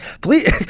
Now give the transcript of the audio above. Please